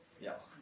Yes